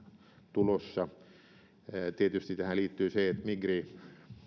tulossa tietysti tähän liittyy se että migri